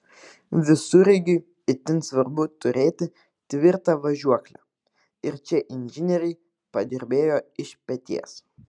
visureigiui itin svarbu turėti tvirtą važiuoklę ir čia inžinieriai padirbėjo iš peties